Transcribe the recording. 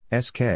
SK